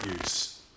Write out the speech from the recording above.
use